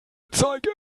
anzeigen